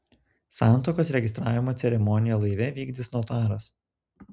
santuokos registravimo ceremoniją laive vykdys notaras